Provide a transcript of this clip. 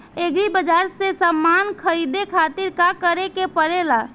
Agri बाज़ार से समान ख़रीदे खातिर का करे के पड़ेला?